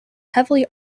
heavily